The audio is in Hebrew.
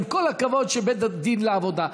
עם כל הכבוד לבית הדין לעבודה.